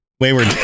Wayward